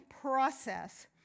process